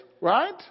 Right